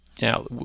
Now